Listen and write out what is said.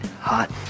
hot